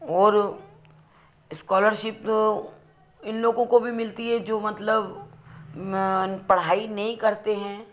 और स्कॉलरशिप तो इन लोगों को भी मिलती है जो मतलब पढ़ाई नहीं करते हैं